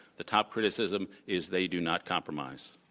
the top criticism is they do not compromise.